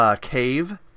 cave